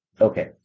Okay